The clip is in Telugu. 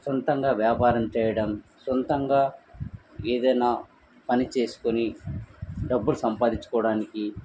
సొంతంగా వ్యాపారం చేయడం సొంతంగా ఏదైనా పని చేసుకుని డబ్బులు సంపాదించుకోవడానికి